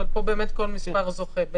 אבל פה באמת כל מספר זוכה.